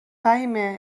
فهیمه